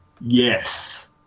yes